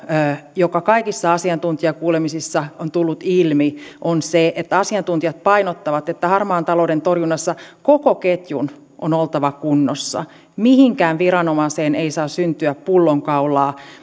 joka kaikissa asiantuntijakuulemisissa on tullut ilmi on se että asiantuntijat painottavat että harmaan talouden torjunnassa koko ketjun on oltava kunnossa mihinkään viranomaiseen ei saa syntyä pullonkaulaa